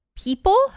people